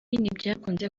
ntibyakunze